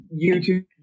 YouTube